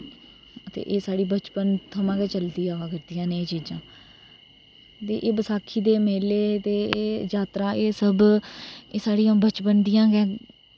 ते एह् साढ़ी बचपन थमां गै चलदी अवा करदियां न एह् चीजां ते एह् बसाखी दे मेले ते एह् जात्तरा एह् सब एह् साढ़ियां बचपन दियां गै